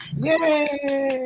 Yay